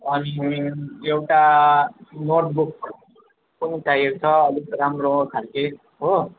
अनि एउटा नोटबुक पनि चाहिएको छ अलिक राम्रो खाल्के हो